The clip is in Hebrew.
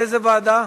איזה ועדה?